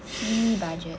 simi budget